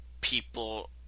people